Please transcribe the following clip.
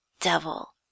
devil